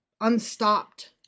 unstopped